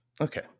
Okay